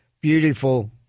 beautiful